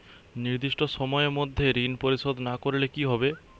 নির্দিষ্ট সময়ে মধ্যে ঋণ পরিশোধ না করলে কি হবে?